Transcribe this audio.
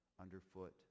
underfoot